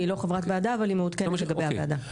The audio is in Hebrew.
היא לא חברת ועדה אבל היא מעודכנת לגבי הוועדה.